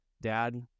Dad